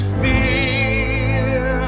fear